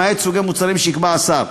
למעט סוגי מוצרים שיקבע השר.